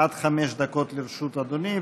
עד חמש דקות לרשות אדוני.